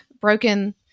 broken